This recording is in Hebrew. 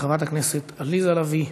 חברת הכנסת עליזה לביא,